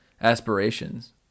aspirations